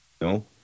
No